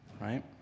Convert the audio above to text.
right